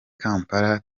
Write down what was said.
kampala